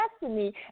destiny